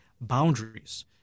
boundaries